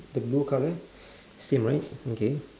the blue colour same right okay